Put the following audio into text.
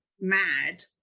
mad